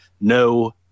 no